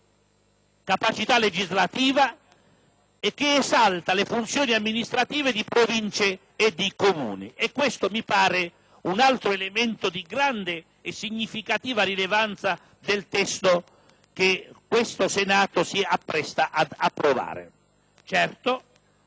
nell'ambito legislativo e che esalta le funzioni amministrative di Province e Comuni. Questo mi pare un altro elemento di grande e significativa rilevanza del testo che questo Senato si appresta ad approvare. Certo,